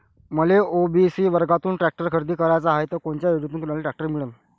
मले ओ.बी.सी वर्गातून टॅक्टर खरेदी कराचा हाये त कोनच्या योजनेतून मले टॅक्टर मिळन?